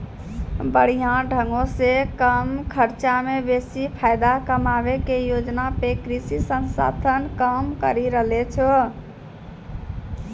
बढ़िया ढंगो से कम खर्चा मे बेसी फायदा कमाबै के योजना पे कृषि संस्थान काम करि रहलो छै